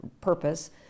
purpose